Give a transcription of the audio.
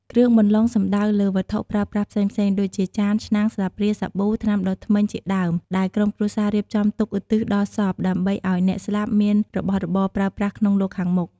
គ្រឿងបន្លុងសំដៅលើវត្ថុប្រើប្រាស់ផ្សេងៗ ដូចជា ចាន ឆ្នាំង ស្លាបព្រា សាប៊ូ ថ្នាំដុសធ្មេញ ជាដើម ដែលក្រុមគ្រួសាររៀបចំទុកឧទ្ទិសដល់សព ដើម្បីឱ្យអ្នកស្លាប់មានរបស់របរប្រើប្រាស់ក្នុងលោកខាងមុខ។